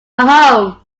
home